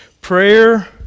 prayer